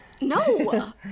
No